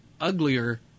uglier